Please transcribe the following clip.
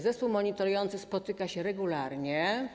Zespół monitorujący spotyka się regularnie.